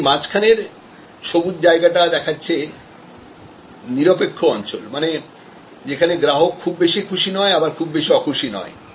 আর এই মাঝখানের সবুজ জায়গাটা দেখাচ্ছে নিরপেক্ষ অঞ্চল মানে যেখানে গ্রাহক খুব বেশি খুশি নয় আবার খুব বেশি অখুশি নয়